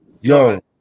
yo